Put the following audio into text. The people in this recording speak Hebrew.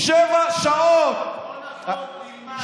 לא נכון, תלמד.